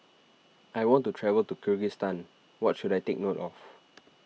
I want to travel to Kyrgyzstan what should I take note of